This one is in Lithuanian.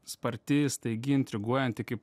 sparti staigi intriguojanti kaip